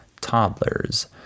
toddlers